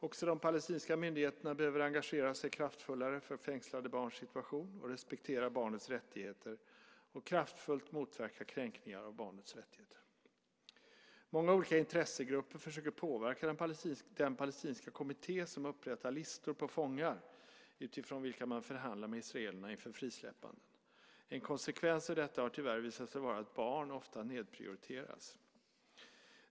Också de palestinska myndigheterna behöver engagera sig kraftfullare för fängslade barns situation, respektera barnets rättighet och kraftfullt motverka kränkningar av barnets rättigheter. Många olika intressegrupper försöker påverka den palestinska kommitté som upprättar listor på fångar utifrån vilka man förhandlar med israelerna inför frisläppanden. En konsekvens av detta har tyvärr visat sig vara att barn ofta nedprioriteras.